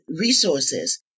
resources